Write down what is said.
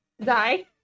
die